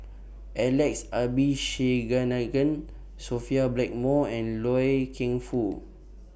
Alex Sophia Blackmore and Loy Keng Foo